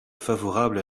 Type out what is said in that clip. favorable